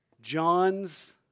John's